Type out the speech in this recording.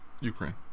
Ukraine